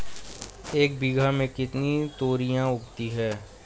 एक बीघा में कितनी तोरियां उगती हैं?